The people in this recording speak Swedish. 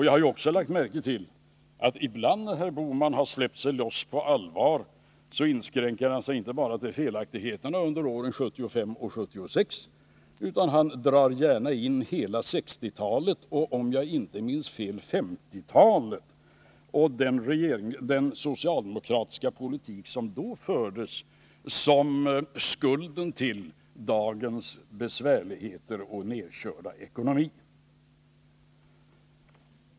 Jag har också lagt märke till att när herr Bohman ibland har släppt sig loss på allvar inskränker han sig inte bara till felaktigheterna under 1975 och 1976, utan han drar gärna in hela 1960-talet och, om jag inte minns fel, 1950-talet och den socialdemokratiska politik som då fördes. Och han säger att den är skulden till dagens svårigheter och nerkörda ekonomi.